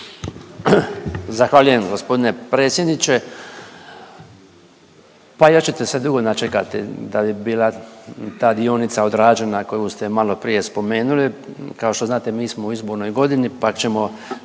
Zahvaljujem gospodine predsjedniče. Pa još čete se dugo načekati da bi bila ta dionica odrađena koju ste maloprije spomenuli. Kao što znate mi smo u izbornoj godini pa ćemo